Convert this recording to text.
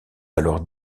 alors